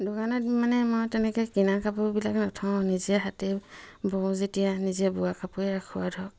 দোকানত মানে মই তেনেকে কিনা কাপোৰবিলাক নথওঁ নিজে হাতে বওঁ যেতিয়া নিজে বোৱা কাপোৰে ৰাখো আৰু ধৰক